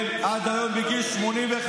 כן, עד היום, בגיל 85,